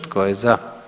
Tko je za?